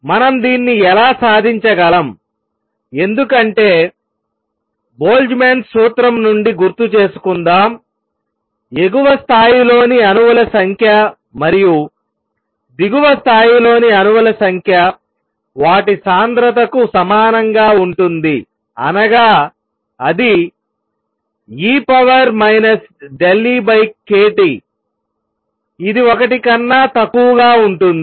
మనం దీన్ని ఎలా సాధించగలం ఎందుకంటే బోల్ట్జ్మాన్Boltzmann's సూత్రం నుండి గుర్తు చేసుకుందాం ఎగువ స్థాయిలోని అణువుల సంఖ్య మరియు దిగువ స్థాయిలోని అణువుల సంఖ్య వాటి సాంద్రతకు సమానంగా ఉంటుంది అనగా అది e EkTఇది ఒకటి కన్నా తక్కువగా ఉంటుంది